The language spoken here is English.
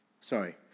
Sorry